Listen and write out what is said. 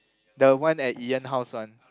the one at Ian house one